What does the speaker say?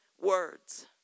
words